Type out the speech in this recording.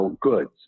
goods